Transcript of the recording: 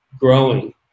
growing